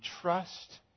trust